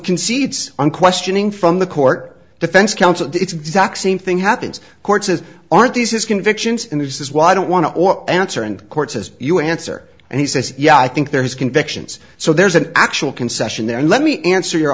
concedes on questioning from the court defense counsel it's exact same thing happens court says aren't these his convictions and this is why i don't want to or answer and courts as you answer and he says yeah i think there's convictions so there's an actual concession there let me answer your